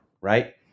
right